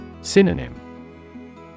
Synonym